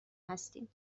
هستیم